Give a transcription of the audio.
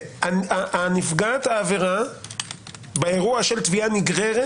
נפגעת העבירה באירוע של תביעה נגררת